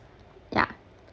yeah